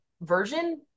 version